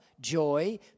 joy